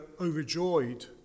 overjoyed